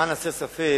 למען הסר ספק,